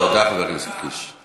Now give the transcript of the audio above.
תודה, חבר הכנסת קיש.